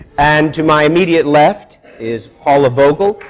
and to my immediate left is paula vogel,